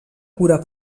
cura